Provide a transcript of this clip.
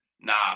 Nah